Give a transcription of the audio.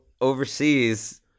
overseas